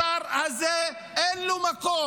לשר הזה אין מקום.